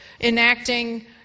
enacting